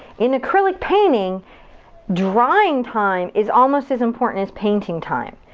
in acrylic painting drying time is almost as important as painting time.